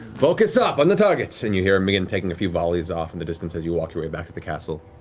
focus up, on the targets, and you hear him begin taking a few volleys off in the distance as you walk your way back to the castle.